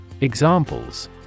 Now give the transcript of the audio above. Examples